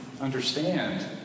understand